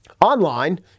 Online